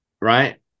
right